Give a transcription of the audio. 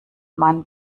man